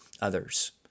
others